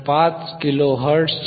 5 kilo हर्ट्झच्या 1